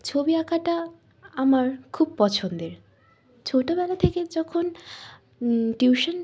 ছবি আঁকাটা আমার খুব পছন্দের ছোটবেলা থেকে যখন টিউশন